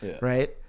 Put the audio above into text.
right